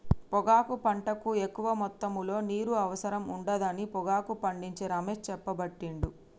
పొగాకు పంటకు ఎక్కువ మొత్తములో నీరు అవసరం ఉండదని పొగాకు పండించే రమేష్ చెప్పబట్టిండు